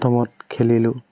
প্ৰথমত খেলিলোঁ